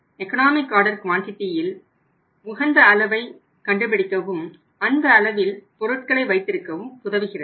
economic order குவாண்டிடியில் உகந்த அளவை கண்டுபிடிக்கவும் அந்த அளவில் பொருட்களை வைத்திருக்கவும் உதவுகிறது